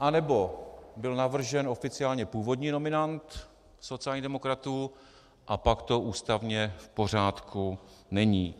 Anebo byl navržen oficiálně původní nominant sociálních demokratů, a pak to ústavně v pořádku není.